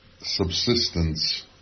subsistence